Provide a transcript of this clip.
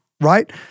right